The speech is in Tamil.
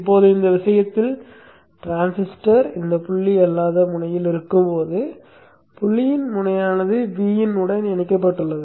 இப்போது இந்த விஷயத்தில் டிரான்சிஸ்டர் இந்த புள்ளி அல்லாத முனையில் இருக்கும்போது புள்ளியின் முனையானது Vin உடன் இணைக்கப்பட்டுள்ளது